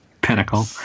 pinnacle